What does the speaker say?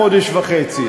חודש וחצי.